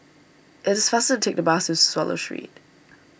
it is faster to take the bus to Swallow Street